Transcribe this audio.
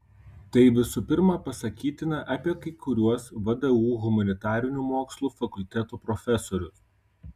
tai visų pirma pasakytina apie kai kuriuos vdu humanitarinių mokslų fakulteto profesorius